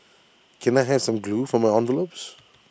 can I have some glue for my envelopes